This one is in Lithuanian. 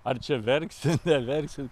ar čia verksi neverksi